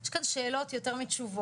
יש כאן שאלות יותר מתשובות